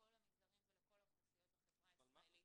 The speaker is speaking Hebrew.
לכל המגזרים ולכל האוכלוסיות בחברה הישראלית,